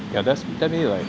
yeah that's they tell me like